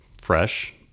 fresh